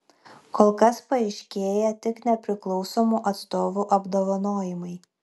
kol kas paaiškėję tik nepriklausomų atstovų apdovanojimai